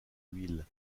huile